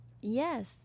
Yes